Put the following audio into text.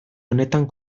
honetan